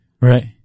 Right